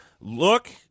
look –